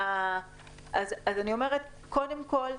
קודם כול,